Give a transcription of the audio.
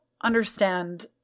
understand